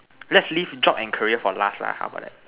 let's leave job and career for last lah how about that